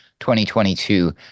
2022